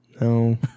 No